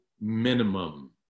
minimum